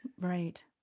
Right